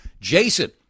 Jason